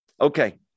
Okay